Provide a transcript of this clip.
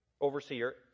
overseer